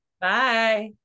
Bye